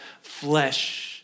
Flesh